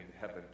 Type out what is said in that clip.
heaven